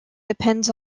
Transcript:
depends